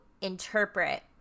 interpret